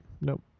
Nope